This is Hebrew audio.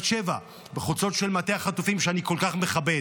בת שבע, בחולצות של מטה החטופים שאני כל כך מכבד.